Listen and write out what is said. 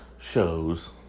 Shows